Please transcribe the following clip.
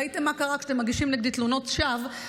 ראיתם מה קרה כשאתם מגישים נגדי תלונות שווא,